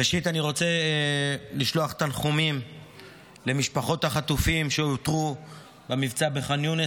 ראשית אני רוצה לשלוח תנחומים למשפחות החטופים שאותרו במבצע בח'אן יונס,